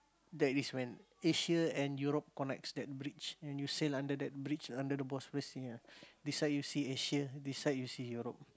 that is when Asia and Europe connects that bridge when you sail under that bridge under the Bosphorus sea ya this side you see Asia this side you see Europe